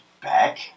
back